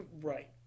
Right